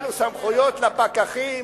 אפילו סמכויות לפקחים